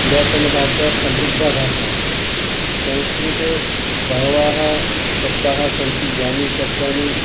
पुरातना भाषा समृद्धा भाषा संस्कृते बहवः शब्दाः सन्ति ये शब्दाः